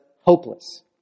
hopeless